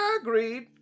agreed